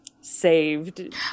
saved